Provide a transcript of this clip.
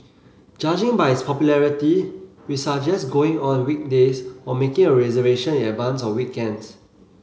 judging by its popularity we suggest going on weekdays or making a reservation in advance on weekends